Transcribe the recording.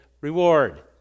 reward